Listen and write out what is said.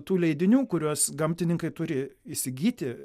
tų leidinių kuriuos gamtininkai turi įsigyti